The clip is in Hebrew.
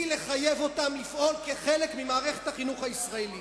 לחייב אותם לפעול כחלק ממערכת החינוך הישראלית.